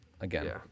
again